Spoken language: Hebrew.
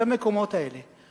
למקומות האלה.